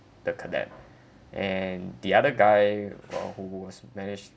the cadet and the other guy who are who who was managed